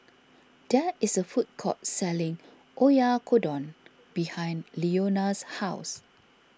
there is a food court selling Oyakodon behind Leona's house